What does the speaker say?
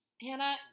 Hannah